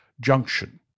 junction